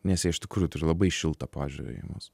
nes jie iš tikrųjų turi labai šiltą požiūrį į mus